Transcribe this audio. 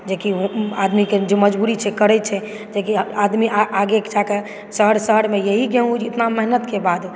जे कि आदमीके मजबुरी छै करै छै जेकि आदमी आगे जा कऽ शहर शहरमे यही गेहूॅं मेहनतके बाद